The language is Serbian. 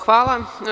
Hvala.